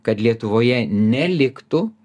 kad lietuvoje neliktų